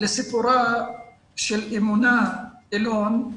לסיפורה של אמונה אלון,